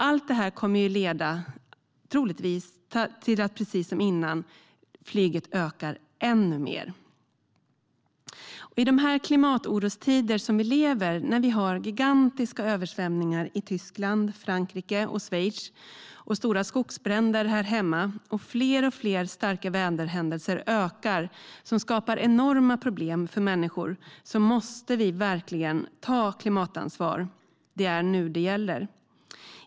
Allt detta kommer troligtvis att, precis som tidigare, leda till att flyget ökar ännu mer. Vi lever i klimatorostider med gigantiska översvämningar i Tyskland, Frankrike och Schweiz, stora skogsbränder här hemma och allt fler och starkare väderhändelser som skapar enorma problem för människor. Då måste vi ta klimatansvar. Det är nu det gäller.